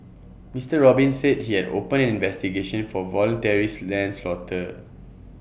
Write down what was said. Mister Robin said he had opened an investigation for voluntary lens laughter